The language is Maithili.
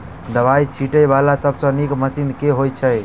दवाई छीटै वला सबसँ नीक मशीन केँ होइ छै?